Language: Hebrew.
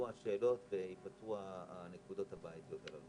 השאלות וייפתרו הנקודות הבעיות הללו.